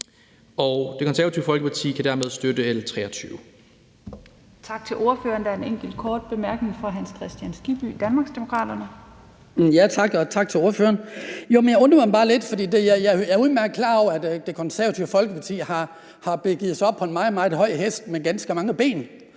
Det Konservative Folkeparti kan dermed støtte L 23.